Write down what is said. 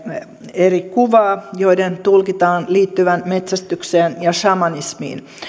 eri kuvaa joiden tulkitaan liittyvän metsästykseen ja samanismiin